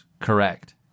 correct